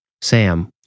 Sam